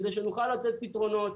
כדי שנוכל לתת פתרונות.